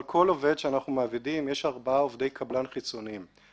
שאנחנו מעסיקים, יש ארבעה עובדי קבלן חיצוניים.